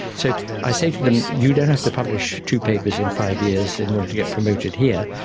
so i say to them you don't have to publish two papers in five years in order to get promoted here.